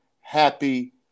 happy